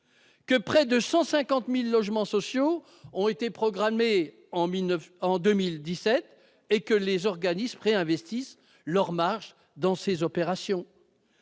que près de 150 000 logements sociaux ont été programmés en 2017 et que les organismes réinvestissent leurs marges dans ces opérations.